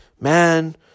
man